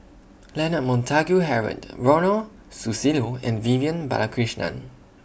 Leonard Montague Harrod Ronald Susilo and Vivian Balakrishnan